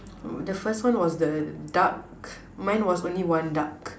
mm the first one was the duck mine was only one duck